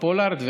פולארד וכו'.